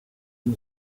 who